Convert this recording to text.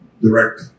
Direct